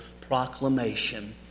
proclamation